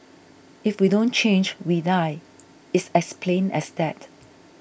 if we don't change we die it's as plain as that